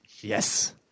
yes